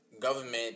government